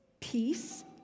peace